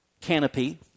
canopy